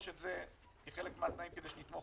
בגלל שהתקיימו על זה דיונים עוד בזמן שאני הייתי היושב-ראש.